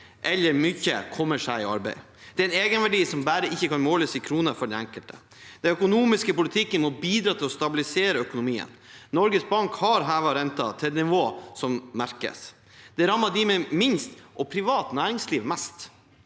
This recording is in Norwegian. eller mye, kommer seg i arbeid. Det er en egenverdi som ikke bare kan måles i kroner for den enkelte. Den økonomiske politikken må bidra til å stabilisere økonomien. Norges Bank har hevet renten til et nivå som merkes. Det rammer dem med minst og privat næringsliv mest.